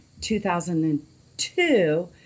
2002